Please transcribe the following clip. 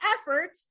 effort